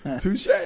Touche